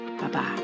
Bye-bye